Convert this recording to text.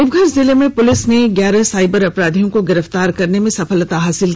देवघर जिले की पुलिस ने ग्यारह साइबर अपराधियों को गिरफतार करने में सफलता हासिल की है